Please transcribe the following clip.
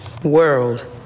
World